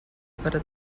para